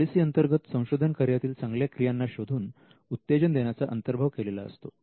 policy अंतर्गत संशोधन कार्यातील चांगल्या क्रियांना शोधून उत्तेजन देण्याचा अंतर्भाव केलेला असतो